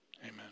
amen